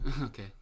Okay